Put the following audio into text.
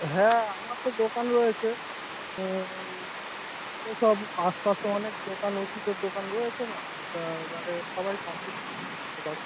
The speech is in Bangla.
হ্যাঁ আমার তো দোকান রয়েছে সব পাশপাশে অনেক দোকান উষুধের দোকান রয়েছে না এবারে সবাই কমপিটিশনের ব্যাপার